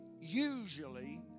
usually